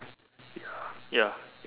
ya